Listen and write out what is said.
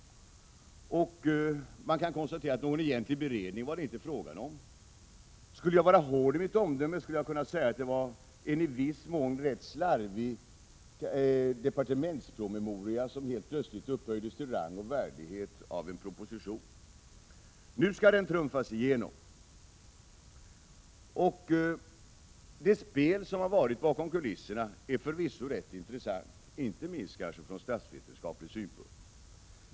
Man kan konstatera att någon egentlig beredning var det inte fråga om. Skulle jag vara hård i mitt omdöme, skulle jag kunna säga att det i viss mån var en rätt slarvig departementspromemoria som helt plötsligt upphöjdes till rang och värdighet av en proposition. Nu skall den trumfas igenom. Det spel som förekommit bakom kulisserna är förvisso rätt intressant, inte minst från statsvetenskaplig synpunkt.